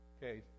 Okay